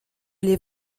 les